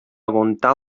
aguantar